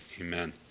Amen